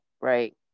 right